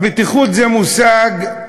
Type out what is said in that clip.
הבטיחות זה מושג,